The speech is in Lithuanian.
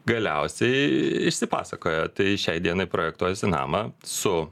galiausiai išsipasakoja tai šiai dienai projektuojasi namą su